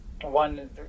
one